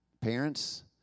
Parents